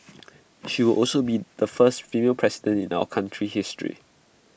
she will also be the first female president in our country's history